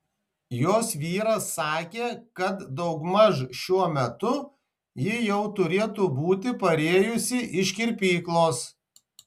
jos vyras sakė kad daugmaž šiuo metu ji jau turėtų būti parėjusi iš kirpyklos